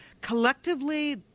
Collectively